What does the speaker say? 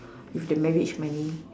with the marriage money